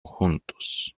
juntos